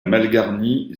malgarnie